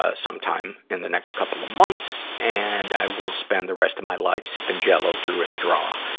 ah, sometimes in the next couple of months, and i will spend the rest of my life sipping jell-o through a straw.